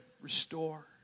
restore